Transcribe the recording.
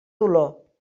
dolor